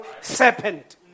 serpent